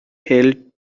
held